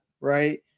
right